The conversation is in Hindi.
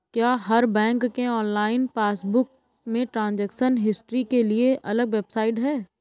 क्या हर बैंक के ऑनलाइन पासबुक में ट्रांजेक्शन हिस्ट्री के लिए अलग वेबसाइट है?